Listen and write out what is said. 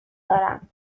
دارم